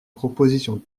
propositions